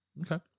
Okay